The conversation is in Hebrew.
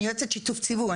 אני יועצת שיתוף ציבור,